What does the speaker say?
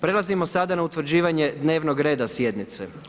Prelazimo sada na utvrđivanje dnevnog reda sjednice.